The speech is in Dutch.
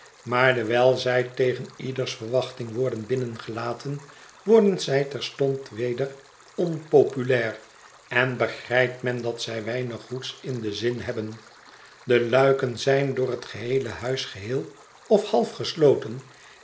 maar dewijl zij tegen ieders verwachting worden binnengelaten worden zij terstond weder onpopulair en begrijpt men dat zij weinig goeds in den zin hebben de luiken zijn door het geheele huis geheel of half gesloten